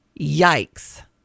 Yikes